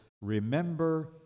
Remember